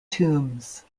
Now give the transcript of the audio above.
tombs